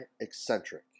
Eccentric